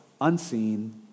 unseen